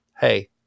Hey